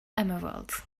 emeralds